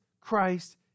Christ